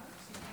כבוד